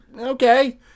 okay